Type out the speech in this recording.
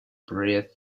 breath